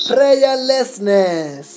Prayerlessness